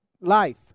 life